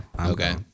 Okay